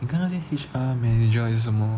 你看那些 H_R manager 有什么